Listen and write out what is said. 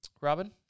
Robin